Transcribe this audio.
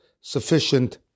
sufficient